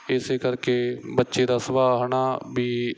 ਇਸ ਕਰਕੇ ਬੱਚੇ ਦਾ ਸੁਭਾਅ ਹੈ ਨਾ ਵੀ